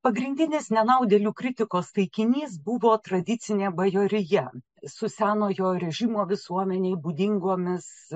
pagrindinis nenaudėlių kritikos taikinys buvo tradicinė bajorija su senojo režimo visuomenei būdingomis